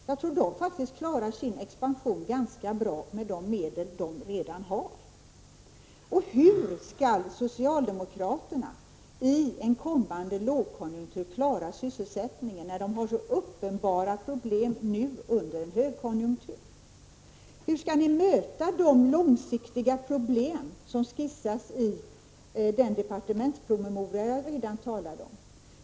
Jag tror att de faktiskt klarar sin expansion ganska bra med de medel de redan har. Och hur skall socialdemokraterna i en kommande lågkonjunktur klara sysselsättningen när de har så uppenbara problem att göra det nu under en högkonjunktur? Hur skall ni möta de långsiktiga problem som skissas i den departementspromemoria som jag tidigare talade om?